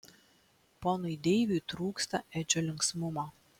ponui deiviui trūksta edžio linksmumo